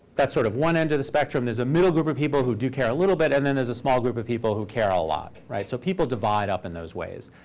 that's sort of one end of the spectrum. there's a middle group of people who do care a little bit, and then there's a small group of people who care a lot. so people divide up in those ways.